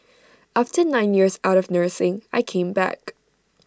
after nine years out of nursing I came back